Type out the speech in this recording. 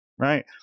right